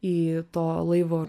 į to laivo